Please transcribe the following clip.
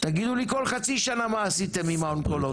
תגידי לי כל חצי שנה, מה עשיתם עם האונקולוגים.